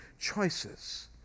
choices